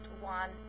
one